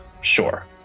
Sure